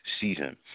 season